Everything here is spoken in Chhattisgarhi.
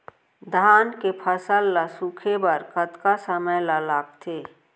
धान के फसल ल सूखे बर कतका समय ल लगथे?